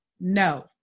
no